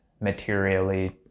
materially